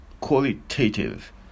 qualitative